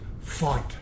fight